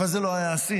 אבל זה לא היה השיא.